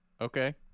Okay